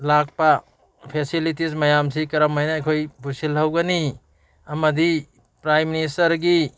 ꯂꯥꯛꯄ ꯐꯦꯁꯤꯂꯤꯇꯤꯁ ꯃꯌꯥꯝꯁꯤ ꯀꯔꯝ ꯍꯥꯏꯅ ꯑꯩꯈꯣꯏ ꯄꯨꯁꯤꯜꯍꯧꯒꯅꯤ ꯑꯃꯗꯤ ꯄ꯭ꯔꯥꯏꯝ ꯃꯤꯅꯤꯁꯇꯔꯒꯤ